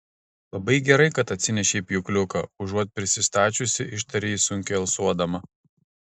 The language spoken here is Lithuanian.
labai gerai kad atsinešei pjūkliuką užuot prisistačiusi ištarė ji sunkiai alsuodama